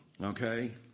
Okay